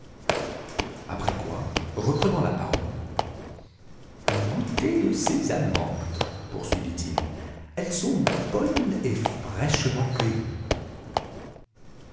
après quoi reprenant la parole goûtez de ces amandes poursuivit-il elles sont bonnes et fraîchement cueillies